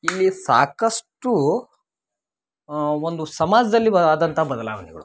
ಇಲ್ಲಿ ಸಾಕಷ್ಟು ಒಂದು ಸಮಾಜದಲ್ಲಿ ಆದಂಥ ಬದಲಾವಣೆಗಳು